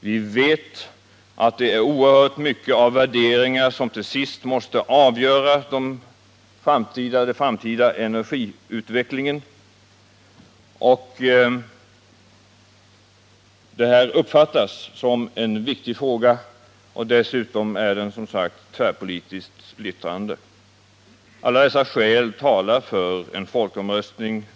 Vi vet också att det måste vara oerhört mycket av värderingar som till sist måste avgöra den framtida energiutvecklingen, som uppfattas som en viktig fråga. Dessutom är den som sagt tvärpolitiskt splittrande. Alla dessa skäl talar för en folkomröstning.